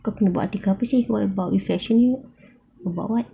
kau nak kena buat article apa seh about what it's actually about what